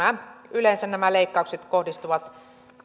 yleensä nämä leikkaukset kohdistuvat